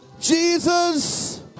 Jesus